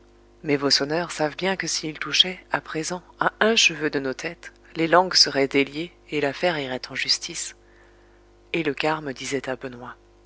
mais vos sonneurs savent bien que s'ils touchaient à présent à un cheveu de nos têtes les langues seraient déliées et l'affaire irait en justice et le carme disait à benoît